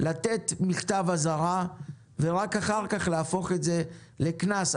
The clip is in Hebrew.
לתת מכתב אזהרה ורק אחר כך להפוך את זה לקנס,